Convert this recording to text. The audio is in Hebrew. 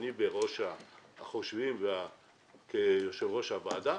ואני כיושב-ראש הוועדה